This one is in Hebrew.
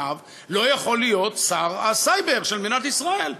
לא יכול להיות שר הסייבר של מדינת ישראל?